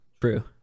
True